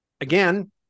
again